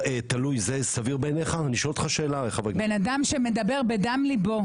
זה מה שעובר לכם בראש?